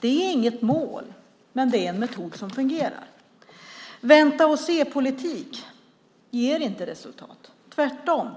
Det är inget mål, men det är en metod som fungerar. Vänta-och-se-politik ger inte resultat - tvärtom.